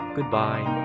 Goodbye